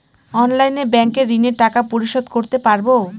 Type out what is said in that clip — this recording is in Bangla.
অনলাইনে ব্যাংকের ঋণের টাকা পরিশোধ করতে পারবো?